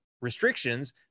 restrictions